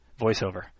VoiceOver